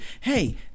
hey